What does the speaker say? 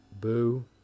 Boo